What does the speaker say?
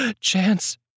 Chance